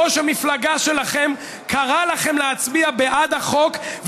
ראש המפלגה שלכם קרא לכם להצביע בעד החוק,